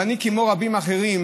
אבל אני, כמו רבים אחרים,